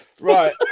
Right